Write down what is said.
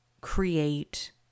create